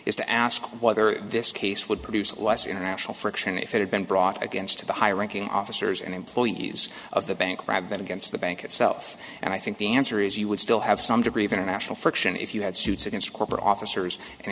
is to ask whether this case would produce less international friction if it had been brought against the high ranking officers and employees of the bank robber than against the bank itself and i think the answer is you would still have some degree of international friction if you had suits against corporate officers and